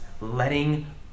letting